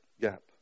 gap